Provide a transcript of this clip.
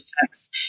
sex